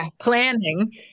planning